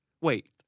Wait